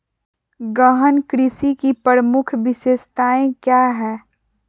गहन कृषि की प्रमुख विशेषताएं क्या है?